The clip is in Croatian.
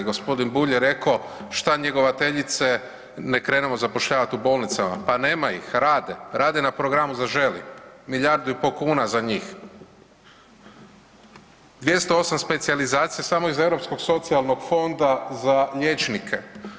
Gospodin Bulj je rekao šta njegovateljice ne krenemo zapošljavati u bolnicama, pa nema ih, rade, rade na programu „Zaželi“, milijardu i po kuna za njih, 208 specijalizacija samo iz Europskog socijalnog fonda za liječnike.